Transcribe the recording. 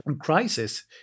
crisis